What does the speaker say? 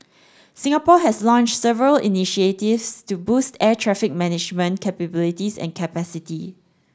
Singapore has launched several initiatives to boost air traffic management capabilities and capacity